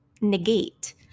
negate